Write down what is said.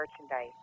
merchandise